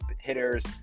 hitters